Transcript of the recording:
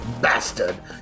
bastard